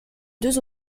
deux